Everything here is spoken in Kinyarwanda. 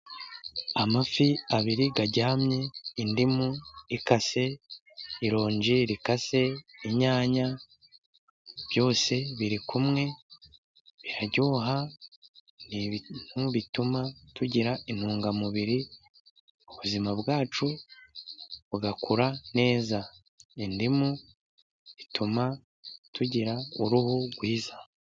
Amafi abiri aryamye indimu ikase, ironji rikase, inyanya, byose birikumwe biraryoha n'ibintu bituma tugira intungamubiri, ubuzima bwacu bugakura neza, indimu ituma tugira uruhu rwiza.